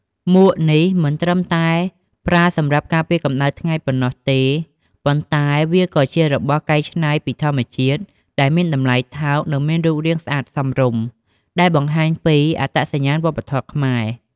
មួកនេះមិនត្រឹមតែប្រើសម្រាប់ការពារកំដៅថ្ងៃប៉ុណ្ណោះទេ ប៉ុន្តែវាក៏ជារបស់កែច្នៃពីធម្មជាតិដែលមានតម្លៃថោក និងមានរូបរាងស្អាតសមរម្យ ដែលបង្ហាញពី អត្តសញ្ញាណវប្បធម៌ខ្មែរ។